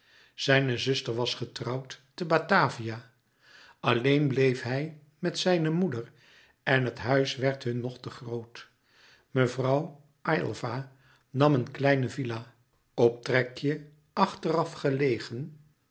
zijne zuster was getrouwd te batavia alleen bleef hij met zijne moeder en het huis werd hun nog te groot mevrouw aylva nam een kleine villa optrekje achter af gelegen